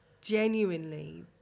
genuinely